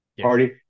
Party